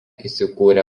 įsikūrė